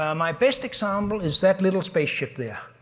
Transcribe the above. um my best example is that little spaceship there,